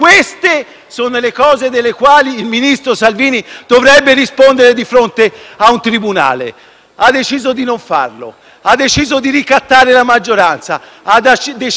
Ha deciso di non farlo, ha deciso di ricattare la maggioranza e ha deciso di coinvolgere Forza Italia su un passaggio delicato come questo, formando - ahimè - una nuova